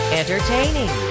entertaining